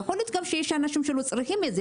יכול להיות שיש אנשים שגם לא צריכים את זה,